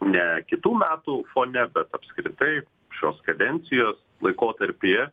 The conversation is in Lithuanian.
ne kitų metų fone bet apskritai šios kadencijos laikotarpyje